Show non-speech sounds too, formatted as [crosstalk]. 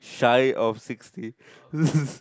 shy of sixty [laughs]